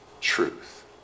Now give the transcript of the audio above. truth